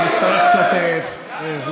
אני אצטרך קצת זמן.